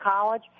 college